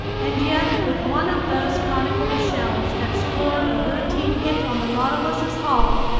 and yet if one of those conical shells had scored a routine hit on the nautilus's hull,